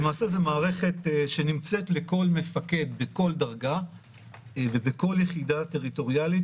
זו מערכת שנמצאת לכל מפקד בכל דרגה ובכל יחידה טריטוריאלית